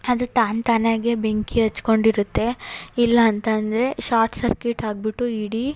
ಅದು ತಾನು ತಾನಾಗೇ ಬೆಂಕಿ ಹಚ್ಕೊಂಡಿರುತ್ತೆ ಇಲ್ಲಾಂತಂದರೆ ಶಾರ್ಟ್ ಸರ್ಕ್ಯೂಟ್ ಆಗಿಬಿಟ್ಟು ಇಡೀ